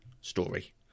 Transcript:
story